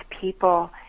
people